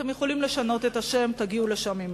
אתם יכולים לשנות את השם, תגיעו לשם ממילא.